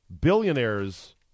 billionaires